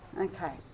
Okay